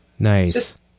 Nice